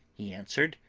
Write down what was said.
he answered,